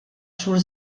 xhur